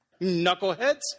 Knuckleheads